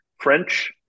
French